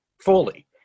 fully